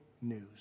news